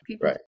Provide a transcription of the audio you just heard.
right